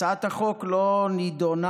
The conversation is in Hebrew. הצעת החוק לא נדונה